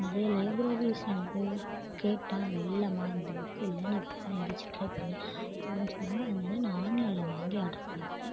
நிறையா லைப்ரரிஸில் நான் போய் கேட்டேன் அங்கே இல்லைம்மா இந்த புக் இல்லை நீ வேற எங்கேயாச்சும் ட்ரை பண்ணு அப்படின்னு சொன்னாங்க அதனால் நான் ஆன்லைனில் வாங்கி ஆட்ரு பண்ணிக்கிட்டேன்